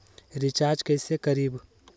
Recharge कैसे करीब?